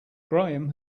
graham